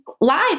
live